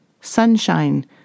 Sunshine